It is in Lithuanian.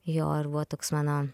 jo ir buvo toks mano